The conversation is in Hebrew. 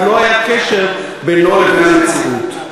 רק לא היה קשר בינו לבין המציאות.